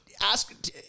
ask